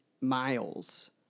miles